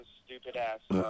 stupid-ass